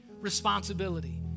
responsibility